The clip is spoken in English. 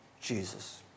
Jesus